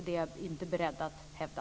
Det är jag inte beredd att hävda.